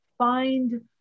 find